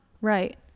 Right